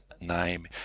name